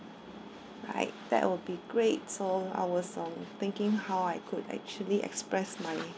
right that will be great so I was um thinking how I could actually express my